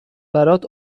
برات